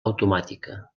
automàtica